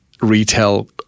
retail